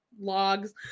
logs